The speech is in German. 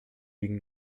liegen